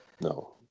No